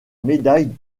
médaille